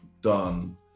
done